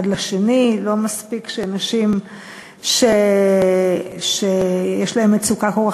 לא מספיק שנשים שיש להן מצוקה כל כך